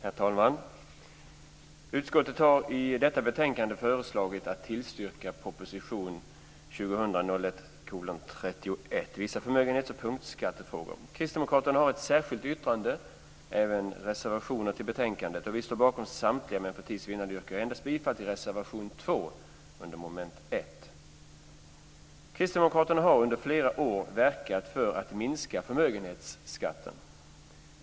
Herr talman! Utskottet har i detta betänkande föreslagit att tillstyrka proposition 2000/01:31 Vissa förmögenhets och punktskattefrågor. Kristdemokraterna har ett särskilt yttrande och även reservationer i betänkandet. Vi står bakom samtliga men för tids vinnande yrkar jag endast bifall till reservation 2 Kristdemokraterna har under flera år verkat för att minska förmögenhetsskatten.